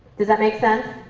does that make sense?